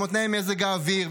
כמו תנאי מזג האוויר,